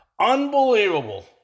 Unbelievable